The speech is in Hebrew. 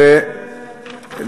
ניסיתי לסייע.